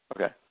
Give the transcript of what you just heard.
Okay